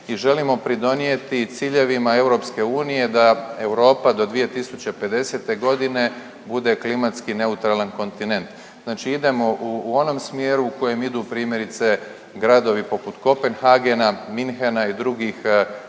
i želimo pridonijeti ciljevima Europske unije da Europa do 2050. godine bude klimatski neutralan kontinent. Znači idemo u onom smjeru u kojem idu primjerice gradovi poput Kopenhagena, Munchena i drugih